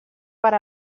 per